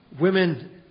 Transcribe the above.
Women